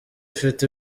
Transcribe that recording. ifite